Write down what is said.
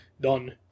Done